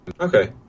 okay